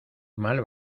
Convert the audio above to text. mal